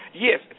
Yes